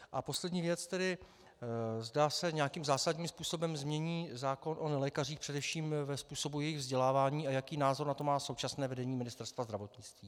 A poslední věc, zda se nějakým zásadním způsobem změní zákon o nelékařích, především ve způsobu jejich vzdělávání, a jaký názor na to má současné vedení Ministerstva zdravotnictví.